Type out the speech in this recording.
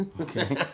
Okay